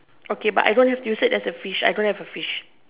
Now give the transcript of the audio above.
okay but I don't have you said there was a fish I don't have a fish